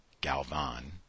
Galvan